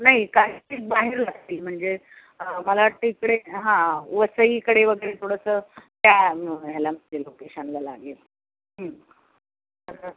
नाही काही बाहेर लागतील म्हणजे मला वाटतं आहे इकडे हां वसई कडे वगैरे थोडंसं त्या ह्याला म्हणजे लोकेशणला लागेल हं तर